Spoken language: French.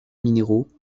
minéraux